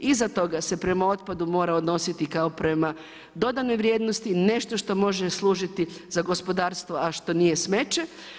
Iza toga se prema otpadu mora odnositi kao prema dodanoj vrijednosti, nešto što može služiti za gospodarstvo a što nije smeće.